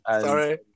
Sorry